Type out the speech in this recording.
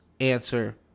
answer